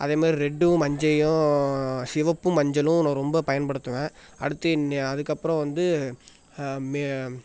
அதே மாதிரி ரெட்டும் மஞ்சயும் சிவப்பும் மஞ்சளும் நான் ரொம்ப பயன்படுத்துவேன் அடுத்து நி அதுக்கப்புறம் வந்து மே